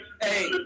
hey